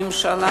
הממשלה,